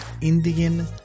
Indian